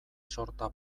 sorta